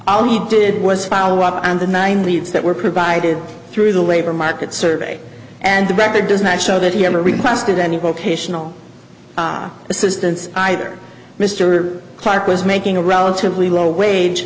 all he did was follow up on the nine leads that were provided through the labor market survey and the record does not show that he ever requested any vocational assistance either mr clark was making a relatively low wage